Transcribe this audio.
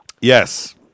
Yes